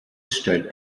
stellt